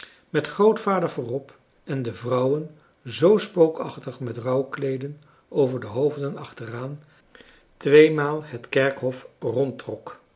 met grootvader voorop en de vrouwen zoo spookachtig met rouwkleeden over de hoofden achteraan tweemaal het kerkhof